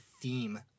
theme